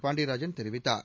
பாண்டியராஜன் தெரிவித்தார்